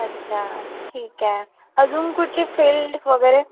अच्छा ठीक आहे अजून कुठची फील्ड वगैरे